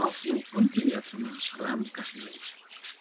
आफ्नो अन्तिम यात्रामा रामकहाँ गए